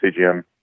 CGM